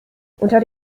unter